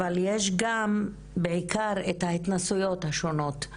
אבל יש גם בעיקר את ההתנסויות השונות,